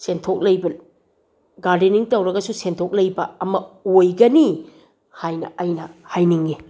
ꯁꯦꯟꯊꯣꯛ ꯂꯩꯕ ꯒꯥꯔꯗꯦꯟꯅꯤꯡ ꯇꯧꯔꯒꯁꯨ ꯁꯦꯟꯊꯣꯛ ꯂꯩꯕ ꯑꯃ ꯑꯣꯏꯒꯅꯤ ꯍꯥꯏꯅ ꯑꯩꯅ ꯍꯥꯏꯅꯤꯡꯉꯤ